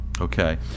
Okay